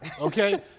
okay